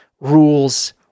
rules